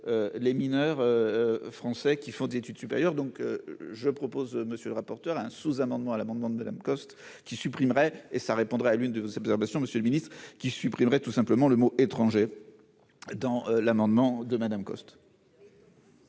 l'les mineurs français qui font des études supérieures, donc je propose, monsieur le rapporteur, un sous-amendement à l'amendement de Madame Coste qui supprimerait et ça répondrait à l'une de vos observations, monsieur le Ministre, qui supprimerait tout simplement le mot étranger dans l'amendement de Madame Coste.